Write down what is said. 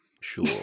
sure